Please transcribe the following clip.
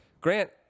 Grant